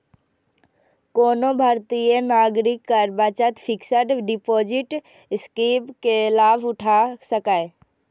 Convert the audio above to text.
कोनो भारतीय नागरिक कर बचत फिक्स्ड डिपोजिट स्कीम के लाभ उठा सकैए